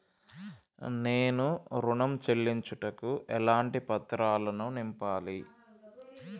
నేను ఋణం చెల్లించుటకు ఎలాంటి పత్రాలను నింపాలి?